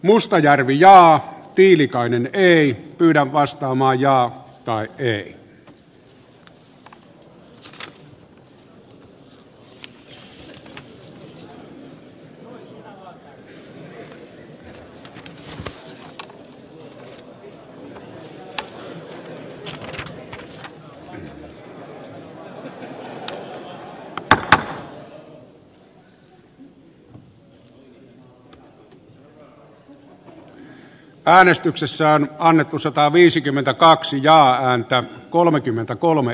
mustajärvi jaa a tiilikainen ei ehdotusta vastaan ja lopuksi siitä nauttiiko valtioneuvosto eduskunnan luottamusta